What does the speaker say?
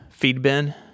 Feedbin